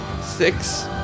Six